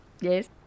yes